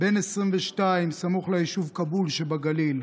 בן 22, סמוך ליישוב כאבול שבגליל.